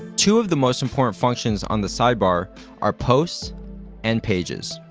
two of the most important functions on the sidebar are posts and pages.